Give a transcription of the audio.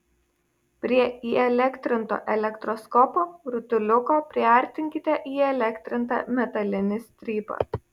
prie įelektrinto elektroskopo rutuliuko priartinkite įelektrintą metalinį strypą